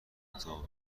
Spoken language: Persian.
اتفاق